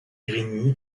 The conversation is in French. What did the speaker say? grigny